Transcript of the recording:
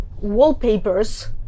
wallpapers